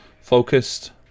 focused